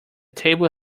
table